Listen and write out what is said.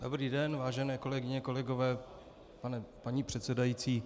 Dobrý den, vážené kolegyně, kolegové, paní předsedající.